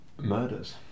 murders